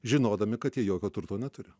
žinodami kad jokio turto neturi